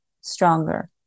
stronger